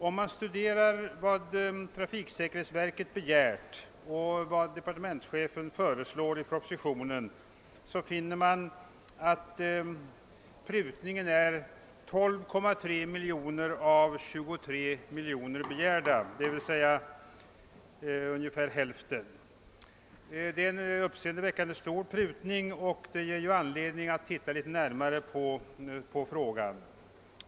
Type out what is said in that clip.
Om man studerar vad trafiksäkerhetsverket begärt och vad departementschefen föreslår i propositionen, finner man, att Kungl. Maj:t har prutat 12,3 miljoner på begärda 23 miljoner, d.v.s. ungefär hälften. Det är en uppseendeväckande stor prutning och det ger ju anledning att se litet närmare på saken.